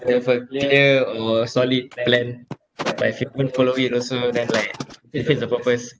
you have a clear or solid plan but then if you don't follow it also then like defeats the purpose